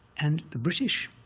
and the british